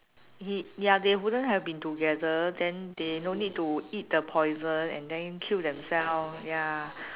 he ya they wouldn't have been together then they don't need to eat the poison and then kill themselves ya